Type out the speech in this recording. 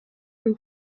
une